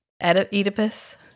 Oedipus